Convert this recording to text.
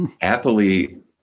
happily